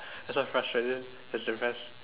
frustrated is depressed